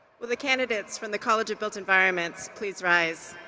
will the candidates from the college of built environments please rise.